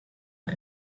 der